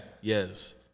Yes